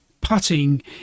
putting